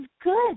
good